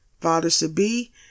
fathers-to-be